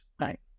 right